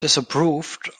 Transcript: disapproved